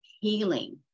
healing